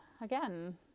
again